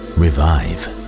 revive